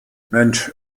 mensch